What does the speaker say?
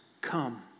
come